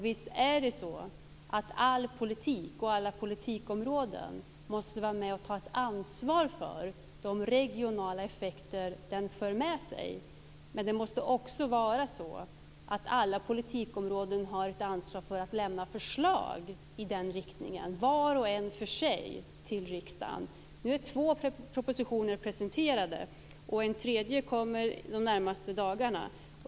Visst är det så att all politik och alla politikområden måste vara med och ta ett ansvar för de regionala effekter de för med sig, men det måste också vara så att alla politikområden måste ha ett ansvar för att lämna förslag i den riktningen, vart och ett för sig, till riksdagen. Nu är två propositioner presenterade, och en tredje kommer under de närmaste dagarna.